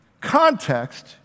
context